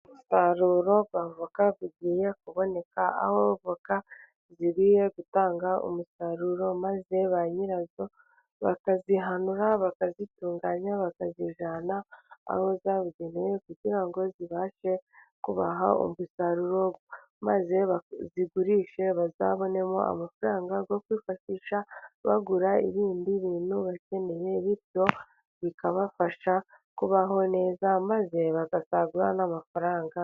Umusaruro wa voka ugiye kuboneka aho voka zigiye gutanga umusaruro, maze ba nyirazo bakazihanura bakazitunganya bakazijyana aho zabugenewe, kugira ngo zibashe kubaha umusaruro maze bazigurishe, bazabonemo amafaranga yo kwifashisha bagura ibindi bintu bakeneye, bityo bikabafasha kubaho neza maze bagasagura n'amafaranga.